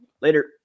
Later